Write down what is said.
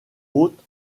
hôte